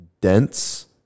dense